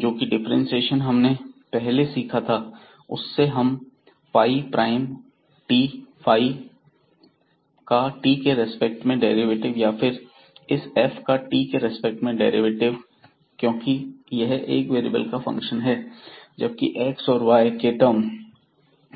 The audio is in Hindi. जो डिफ्रेंशिएशन हमने पहले सीखा है उससे हम फाई प्राइम टी फाई का t के रेस्पेक्ट में डेरिवेटिव या फिर इस f का t के रिस्पेक्ट में डेरिवेटिव क्योंकि यह एक वेरिएबल का फंक्शन है जबकि x और y के टर्म